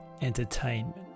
entertainment